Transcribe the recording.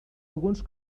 alguns